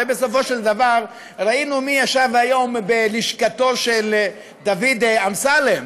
הרי בסופו של דבר ראינו מי ישב היום בלשכתו של דוד אמסלם,